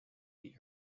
the